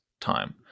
time